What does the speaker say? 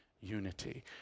unity